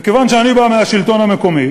וכיוון שאני בא מהשלטון המקומי